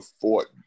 fort